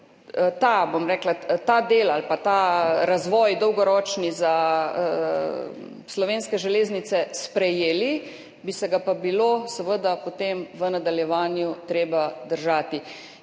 ta del ali ta dolgoročni razvoj za Slovenske železnice sprejeli, bi se ga bilo pa seveda potem v nadaljevanju treba držati.